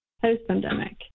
post-pandemic